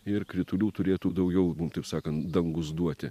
ir kritulių turėtų daugiau nu taip sakant dangus duoti